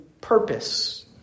purpose